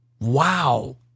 Wow